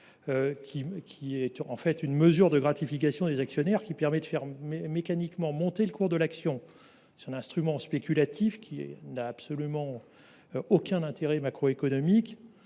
qui est en fait une mesure de gratification des actionnaires permettant de faire mécaniquement monter le cours de l’action. C’est un instrument spéculatif qui n’a absolument aucun intérêt macroéconomique.